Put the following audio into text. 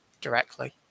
directly